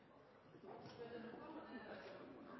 Så her er det